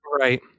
right